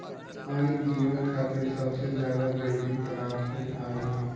पानी जीवन खातिर सबसे ज्यादा जरूरी पदार्थ में आवेला